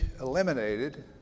eliminated